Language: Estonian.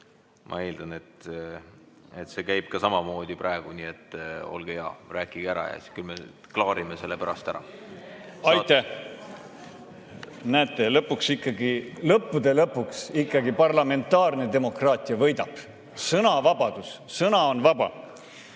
ma eeldan, et see käib samamoodi praegu. Nii et olge hea, rääkige ära ja klaarime selle pärast ära. Aitäh! Näete, lõppude lõpuks ikkagi parlamentaarne demokraatia võidab. Sõnavabadus! Sõna on vaba!